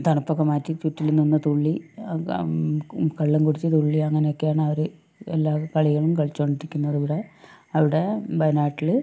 തണുപ്പൊക്കെ മാറ്റി ചുറ്റിലും നിന്ന് തുള്ളി കള്ളുംകുടിച്ച് തുള്ളി അങ്ങനെയൊക്കെയാണ് അവർ എല്ലാ കളികളും കളിച്ചുകൊണ്ടിരിക്കുന്നത് ഇവിടെ അവിടെ വയനാട്ടിൽ